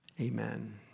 Amen